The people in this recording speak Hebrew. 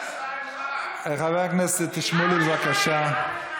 חבר הכנסת איציק שמולי, בבקשה.